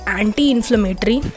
anti-inflammatory